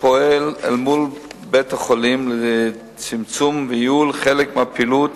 פועל אל מול בית-החולים לצמצום וייעול חלק מהפעילות